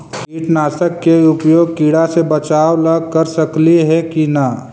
कीटनाशक के उपयोग किड़ा से बचाव ल कर सकली हे की न?